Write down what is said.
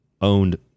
owned